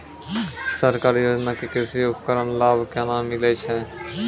सरकारी योजना के कृषि उपकरण लाभ केना मिलै छै?